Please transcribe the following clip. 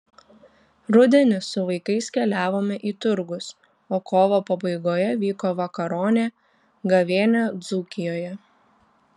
rudenį su vaikais keliavome į turgus o kovo pabaigoje vyko vakaronė gavėnia dzūkijoje